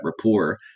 rapport